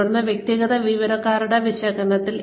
തുടർന്ന് വ്യക്തിഗത ജീവനക്കാരുടെ വിശകലനം